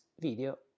video